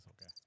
okay